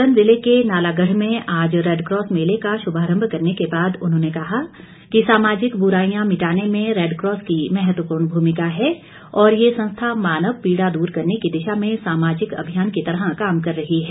सोलन जिले के नालागढ़ में आज रैडकॉस मेले का शुभारंभ करने के बाद उन्होंने कहा कि सामाजिक ब्राईयां मिटाने में रैडकॉस की महत्वपूर्ण भूमिका है और ये संस्था मानव पीड़ा दूर करने की दिशा में सामाजिक अभियान की तरह काम कर रही है